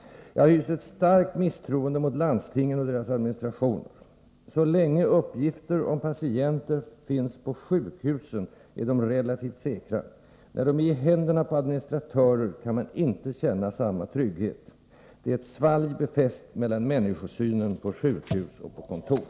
Jag hyser ett starkt misstroende mot landstingen och deras administrationer. Så länge uppgifter om patienter finns på sjukhusen är de i relativt säkert förvar. När de är i händerna på administratörer kan man inte känna samma trygghet. Det är ett svalg befäst mellan människosynen på sjukhus och den på kontor.